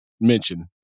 mention